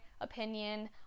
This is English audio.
opinion